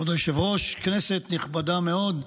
כבוד היושב-ראש, כנסת נכבדה מאוד,